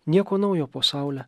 nieko naujo po saule